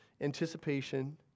anticipation